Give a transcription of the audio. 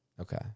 Okay